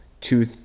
two